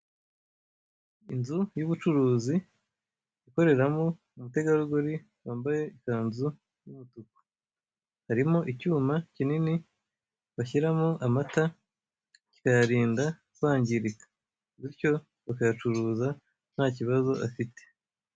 Inzu y'ubucuruzi, ikoreramo umutegarugori wambaye ikanzu y'umutuku, harimo icyuma kinini bashyiramo amata kikayarinda kwangirika bityo bakayacuruza nta kibazo afite.